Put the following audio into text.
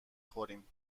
خوریم